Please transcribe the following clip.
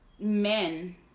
men